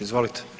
Izvolite.